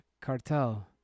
cartel